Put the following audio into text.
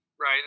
right